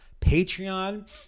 Patreon